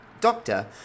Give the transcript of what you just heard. Doctor